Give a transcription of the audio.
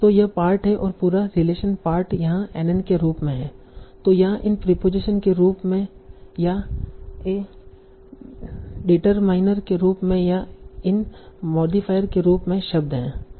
तो यह पार्ट है और पूरा रिलेशन पार्ट यहाँ NN के रूप में है तों यहाँ इन प्रीपोजीशन के रूप में या ए डीटरमाइनर के रूप में या इन मोदिफायर के रूप में शब्द है